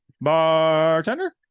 bartender